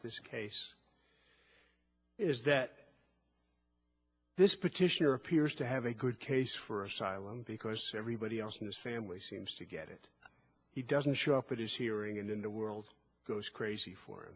this case is that this petitioner appears to have a good case for asylum because everybody else in this family seems to get it he doesn't show up at his hearing and in the world goes crazy for